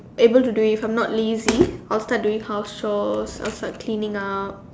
able to do if I'm not lazy I'll start doing house chores I'll start cleaning up